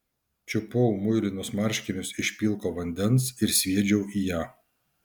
čiupau muilinus marškinius iš pilko vandens ir sviedžiau į ją